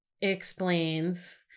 explains